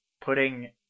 putting